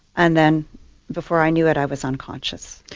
and then before i knew it i was unconscious.